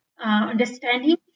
understanding